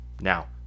now